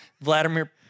Vladimir